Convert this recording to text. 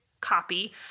copy